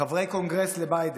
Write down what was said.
חברי קונגרס לביידן.